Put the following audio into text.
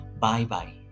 Bye-bye